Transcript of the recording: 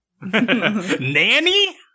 Nanny